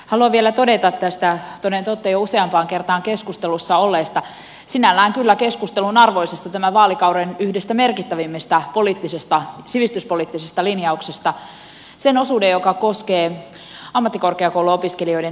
haluan vielä todeta tästä toden totta jo useampaan kertaan keskustelussa olleesta sinällään kyllä keskustelun arvoisesta tämän vaalikauden yhdestä merkittävimmistä sivistyspoliittisista linjauksista sen osuuden joka koskee ammattikorkeakouluopiskelijoiden terveydenhuoltoa